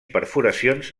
perforacions